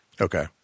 Okay